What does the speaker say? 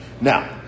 Now